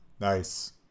Nice